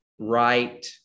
right